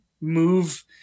move